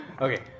Okay